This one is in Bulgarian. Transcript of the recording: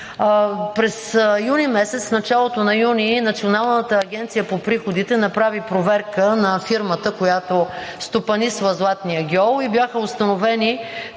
лв. годишно. В началото на месец юни Националната агенция по приходите направи проверка на фирмата, която стопанисва златния гьол, и бяха установени